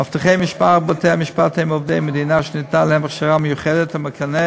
מאבטחי משמר בתי-המשפט הם עובדי מדינה שניתנה להם הכשרה מיוחדת המקנה